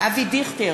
אבי דיכטר,